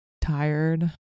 tired